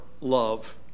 love